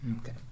Okay